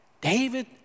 David